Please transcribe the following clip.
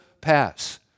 pass